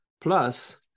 plus